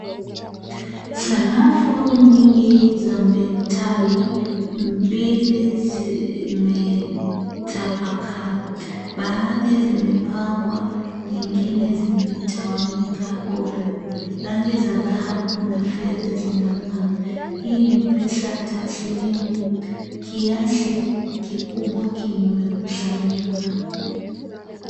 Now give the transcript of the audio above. Sarafu nyingi za metali, mbili zimetapakaa. Baadhi zimepangwa, nyingine zimetawanyika ovyo. Rangi za dhahabu na fedha zinang'aa. Hii ni pesa taslimu, kiasi kikubwa kimekusanyika.